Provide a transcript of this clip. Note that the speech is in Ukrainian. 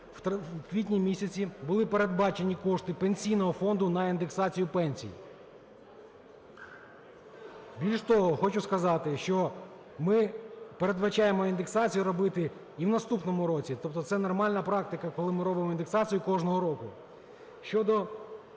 в квітні місяці були передбачені кошти Пенсійного фонду на індексацію пенсій. Більше того, хочу сказати, що ми передбачаємо індексацію робити і в наступному році. Тобто це нормальна практика, коли ми робимо індексацію кожного року. Щодо